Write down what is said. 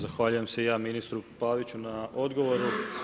Zahvaljujem se i ja ministru Paviću na odgovoru.